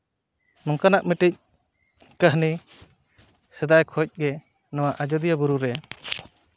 ᱱᱚᱝᱠᱟᱱᱟᱜ ᱢᱤᱫᱴᱤᱱ ᱠᱟᱹᱦᱱᱤ ᱥᱮᱫᱟᱭ ᱠᱷᱚᱱ ᱜᱮ ᱱᱚᱣᱟ ᱟᱡᱳᱫᱤᱭᱟᱹ ᱵᱩᱨᱩ ᱨᱮ